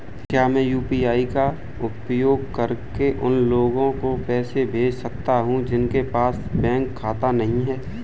क्या मैं यू.पी.आई का उपयोग करके उन लोगों को पैसे भेज सकता हूँ जिनके पास बैंक खाता नहीं है?